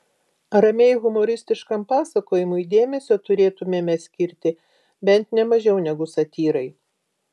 ramiai humoristiškam pasakojimui dėmesio turėtumėme skirti bent ne mažiau negu satyrai